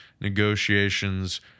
negotiations